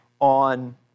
on